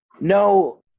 No